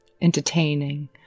entertaining